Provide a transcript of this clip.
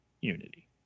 unity